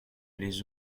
les